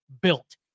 Built